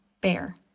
Bear